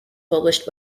published